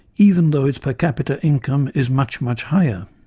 even though its per capita income is much much higher.